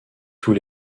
tous